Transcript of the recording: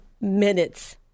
minutes